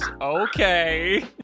Okay